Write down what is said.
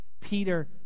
Peter